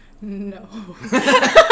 no